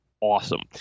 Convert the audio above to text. awesome